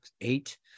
eight